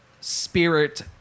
spirit